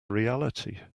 reality